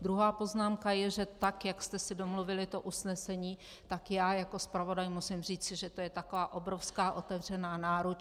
Druhá poznámka je, že tak jak jste si domluvili to usnesení, tak já jako zpravodaj musím říci, že to je taková obrovská otevřená náruč.